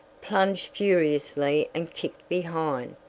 plunged furiously and kicked behind,